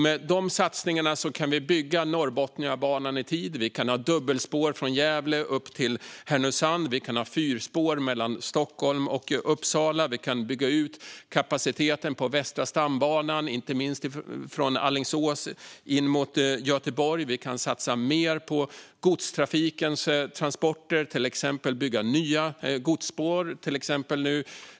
Med dessa satsningar kan vi bygga Norrbotniabanan i tid. Vi kan ha dubbelspår från Gävle upp till Härnösand. Vi kan ha fyrspår mellan Stockholm och Uppsala. Vi kan bygga ut kapaciteten på Västra stambanan, inte minst från Alingsås in mot Göteborg. Vi kan satsa mer på godstrafikens transporter och bygga nya godsspår.